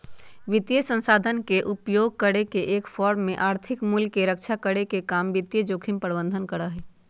वित्तीय साधन के उपयोग करके एक फर्म में आर्थिक मूल्य के रक्षा करे के काम वित्तीय जोखिम प्रबंधन करा हई